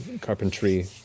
Carpentry